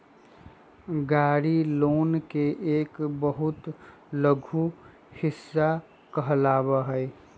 गाड़ी लोन के एक बहुत लघु हिस्सा कहलावा हई